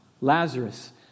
Lazarus